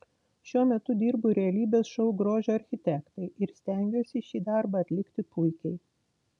šiuo metu dirbu realybės šou grožio architektai ir stengiuosi šį darbą atlikti puikiai